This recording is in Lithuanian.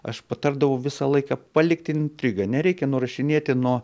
aš patardavau visą laiką palikti intrigą nereikia nurašinėti nuo